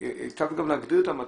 היטבת גם להגדיר את המצב,